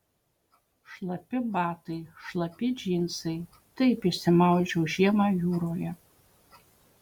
šlapi batai šlapi džinsai taip išsimaudžiau žiemą jūroje